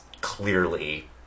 clearly